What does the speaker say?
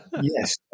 yes